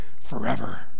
forever